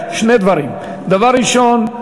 שני דברים: דבר ראשון,